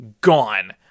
Gone